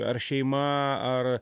ar šeima ar